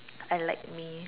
unlike me